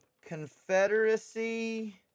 Confederacy